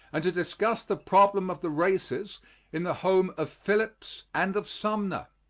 and to discuss the problem of the races in the home of phillips and of sumner.